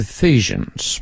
Ephesians